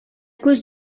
cause